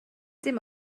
dim